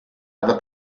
other